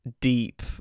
deep